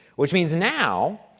which means now,